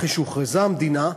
אחרי שהוכרזה המדינה,